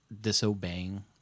disobeying